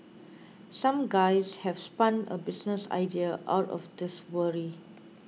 some guys have spun a business idea out of this worry